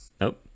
Nope